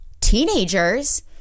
teenagers